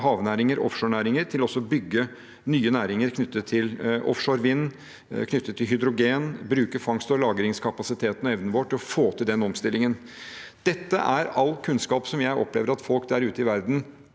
havnæringer og offshorenæringer, til også å bygge nye næringer knyttet til offshore vind og hydrogen, bruke fangst- og lagringskapasiteten og evnen vår til å få til den omstillingen. Dette er kunnskap som jeg opplever at folk der ute i verden